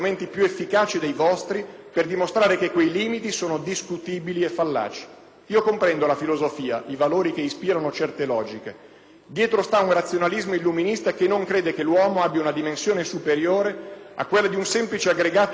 per dimostrare che quei limiti sono discutibili e fallaci. Comprendo la filosofia e i valori che ispirano certe logiche; dietro sta un razionalismo illuminista che non crede che l'uomo abbia una dimensione superiore a quella di un semplice aggregato di carne, ossa e sangue.